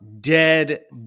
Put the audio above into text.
dead